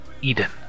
Eden